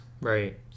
Right